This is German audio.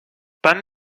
wann